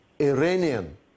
Iranian